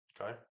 Okay